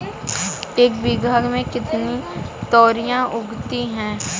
एक बीघा में कितनी तोरियां उगती हैं?